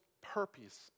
purpose